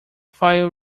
file